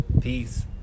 peace